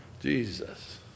Jesus